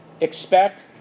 expect